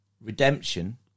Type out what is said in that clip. Redemption